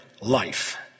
life